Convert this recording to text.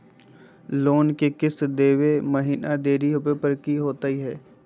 Loan के किस्त देवे महिना देरी होवे पर की होतही हे?